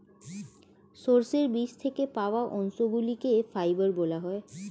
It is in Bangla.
সর্ষের বীজ থেকে পাওয়া অংশগুলিকে ফাইবার বলা হয়